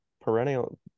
perennial